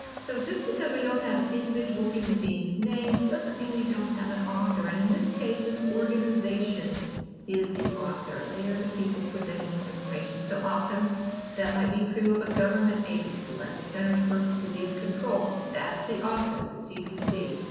so just because we don't have individual human beings' names doesn't mean we don't have an author, and in this case an organization is the author. they are the people presenting this information, so often that might be true of a government agency like the centers for disease control that's the author, the cdc.